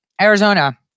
Arizona